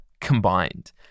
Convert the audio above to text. combined